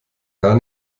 gar